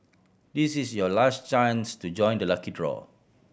this is your last chance to join the lucky draw